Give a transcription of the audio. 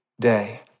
day